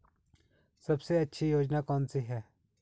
सबसे अच्छी योजना कोनसी है?